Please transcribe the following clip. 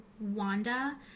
Wanda